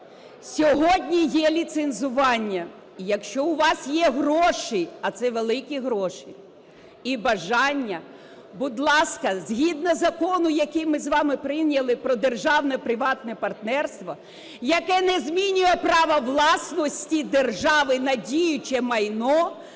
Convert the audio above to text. сьогодні є ліцензування, якщо у вас є гроші, а це великі гроші, і бажання - будь ласка, згідно закону, який ми з вами прийняли, про державне приватне партнерство, яке не змінює право власності держави на діюче майно,